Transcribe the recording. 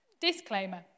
Disclaimer